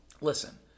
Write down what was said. listen